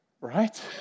Right